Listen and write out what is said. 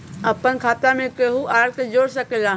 अपन खाता मे केहु आर के जोड़ सके ला?